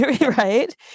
right